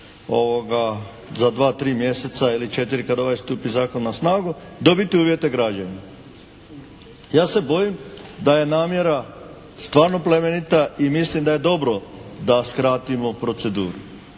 za dva, tri mjeseca ili četiri kad ovaj stupi zakon na snagu dobiti uvjete građenja. Ja se bojim da je namjera stvarno plemenita i mislim da je dobro da skratimo proceduru.